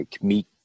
meet